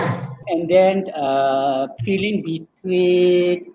and then uh feeling bit weak